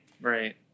right